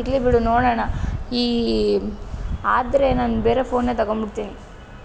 ಇರಲಿ ಬಿಡು ನೋಡೋಣ ಈ ಆದರೆ ನಾನು ಬೇರೆ ಫೋನೇ ತಗೊಂಬಿಡ್ತೀನಿ